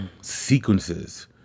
sequences